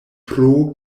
pro